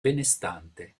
benestante